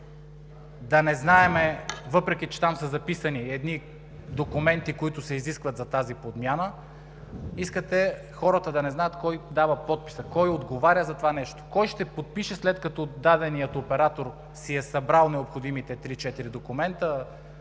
предложения, въпреки че там са записани едни документи, които се изискват за тази подмяна, искате хората да не знаят кой дава подписа, който отговаря за това нещо, кой ще подпише, след като даденият оператор си е събрал необходимите три-четири документа